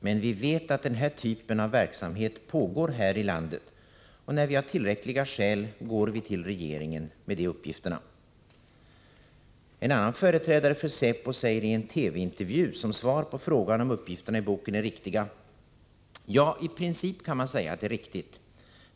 Men vi vet att den här typen av verksamhet pågår här i landet och när vi har tillräckliga skäl går vi till regeringen med de uppgifterna.” En annan företrädare för säpo säger i en TV-intervju som svar på frågan om uppgifterna i boken är riktiga: ”Ja, i princip kan man säga att det är riktigt.